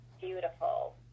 beautiful